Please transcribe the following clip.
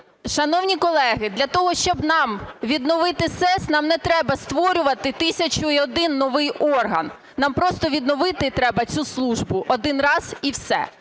Шановні колеги, для того, щоб нам відновити СЕС, нам не треба створювати тисячу і один новий орган, нам просто відновити треба цю службу один раз і все.